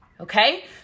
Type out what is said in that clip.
Okay